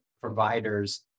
providers